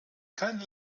keine